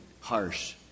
harsh